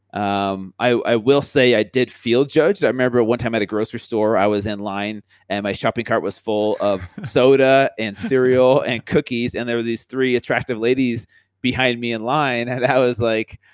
um i i will say i did feel judged. i remember one time at a grocery store i was in line and my shopping cart was full of soda, and cereal, and cookies. and there were these three attractive ladies behind me in line and i was like,